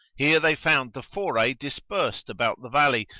here they found the foray dispersed about the valley,